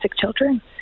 children